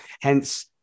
Hence